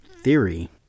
theory